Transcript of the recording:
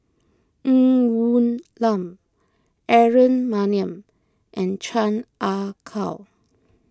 Ng Woon Lam Aaron Maniam and Chan Ah Kow